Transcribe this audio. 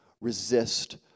resist